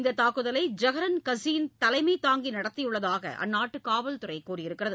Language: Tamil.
இந்த தாக்குதலை ஜஹரன் கசீன் தலைமை தாங்கி நடத்தியுள்ளதாக அந்நாட்டு காவல்துறை தெரிவித்துள்ளது